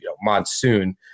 monsoon